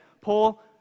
Paul